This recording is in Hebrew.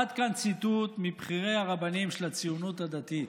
עד כאן ציטוט מבכירי הרבנים של הציונות הדתית.